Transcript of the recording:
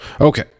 okay